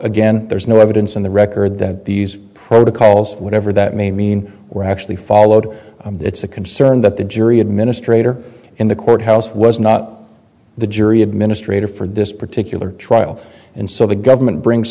again there's no evidence in the record that these protocols whatever that may mean were actually followed it's a concern that the jury administrator in the courthouse was not the jury administrator for this particular trial and so the government brings